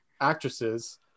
actresses